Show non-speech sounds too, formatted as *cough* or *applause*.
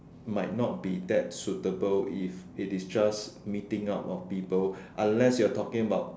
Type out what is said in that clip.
might not be that suitable if it is just *breath* meeting up of people unless you are talking about